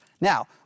Now